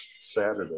Saturday